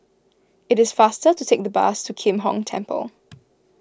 it is faster to take the bus to Kim Hong Temple